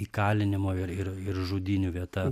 įkalinimo ir ir ir žudynių vieta